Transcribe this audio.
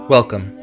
Welcome